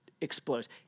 explodes